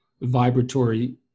vibratory